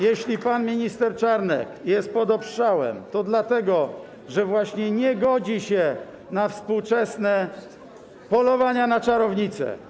Jeśli pan minister Czarnek jest pod ostrzałem, to dlatego że właśnie nie godzi się na współczesne polowanie na czarownice.